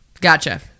Gotcha